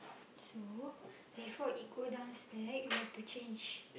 so before it go down right we have to change